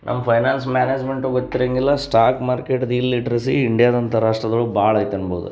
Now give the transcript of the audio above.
ನಮ್ಮ ಫೈನಾನ್ಸ್ ಮ್ಯಾನೇಜ್ಮೆಂಟೂ ಗೊತ್ತಿರೋಂಗಿಲ್ಲ ಸ್ಟಾಕ್ ಮಾರ್ಕೇಟ್ದು ಇಲ್ಲಿಟ್ರಸಿ ಇಂಡಿಯಾದಂಥ ರಾಷ್ಟ್ರ್ದೊಳಗೆ ಭಾಳೈತಿ ಅನ್ಬೋದು